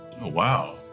wow